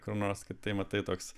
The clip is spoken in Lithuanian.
kur apskritai matai toks